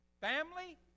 family